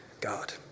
God